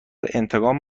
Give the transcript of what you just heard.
انتقام